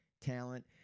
talent